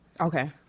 Okay